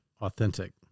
authentic